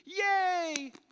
yay